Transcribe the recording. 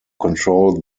control